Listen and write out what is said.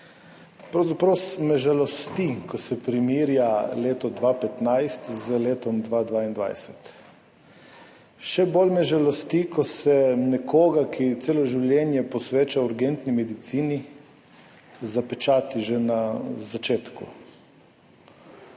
Pravzaprav me žalosti, ko se primerja leto 2015 z letom 2022. Še bolj me žalosti, ko se nekoga, ki celo življenje posveča urgentni medicini, zapečati že na začetku.